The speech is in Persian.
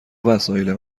وسایل